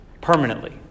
permanently